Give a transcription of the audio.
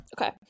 okay